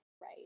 right